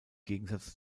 gegensatz